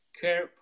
care